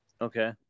Okay